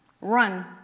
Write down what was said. run